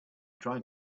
trying